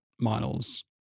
models